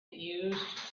used